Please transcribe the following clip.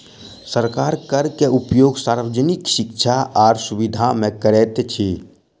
सरकार कर के उपयोग सार्वजनिक शिक्षा आर सुविधा में करैत अछि